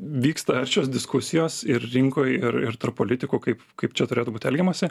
vyksta aršios diskusijos ir rinkoj ir ir tarp politikų kaip kaip čia turėtų būt elgiamasi